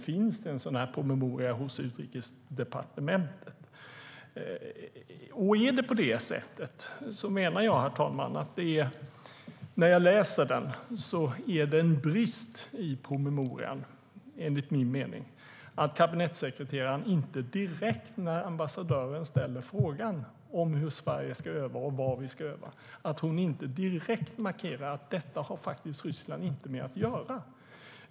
Finns denna promemoria hos Utrikesdepartementet? Det finns en brist i promemorian, enligt min mening, nämligen att kabinettssekreteraren inte direkt när ambassadören ställer frågan om hur Sverige ska öva och var vi ska öva markerar att detta har Ryssland faktiskt inte med att göra.